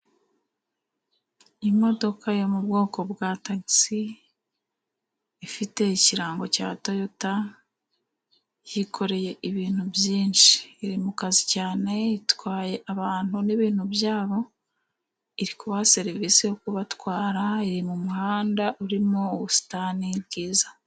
Imodoka yo mu bwoko bwa tagisi, ifite ikirango cya toyota yikoreye ibintu byinshi iri mu kazi cyane, itwaye abantu n'ibintu bya bo, iri kubaha serivisi yo kubatwara, iri mu muhanda urimo ubusitani bwiza.